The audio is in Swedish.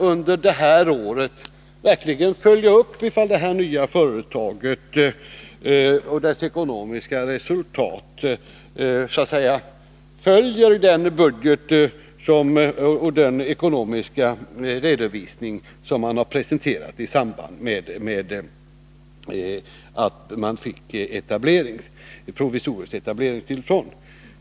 Under det året kan man verkligen följa upp ifall det nya företaget och dess ekonomiska resultat följer den budget och den ekonomiska redovisning som man presenterade i samband med att företaget fick provisoriskt etableringstillstånd.